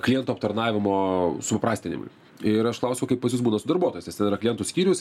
klientų aptarnavimo supaprastinimui ir aš klausiu kaip pas jus būna su darbuotojais nes ten yra klientų skyrius